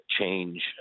change